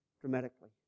dramatically